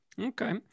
Okay